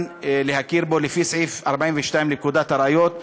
להכיר בו לפי סעיף 42 לפקודת הראיות,